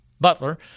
Butler